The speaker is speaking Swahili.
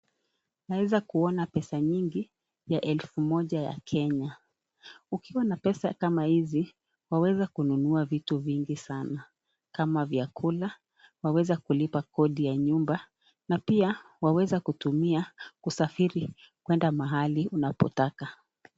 Naeza kuona pesa nyingi ya elfu moja ya kenya. Ukiwa na pesa kama hizi waweza kununua vitu vingi sana kama vyakula, waweza kulipa kodi ya nyumba na pia waweza kutumia kusafiri kwenda mahali unapotaka.